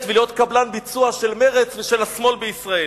ולהיות קבלן ביצוע של מרצ ושל השמאל בישראל.